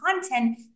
content